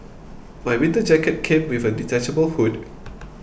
my winter jacket came with a detachable hood